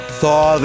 thaw